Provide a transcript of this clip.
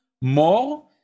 more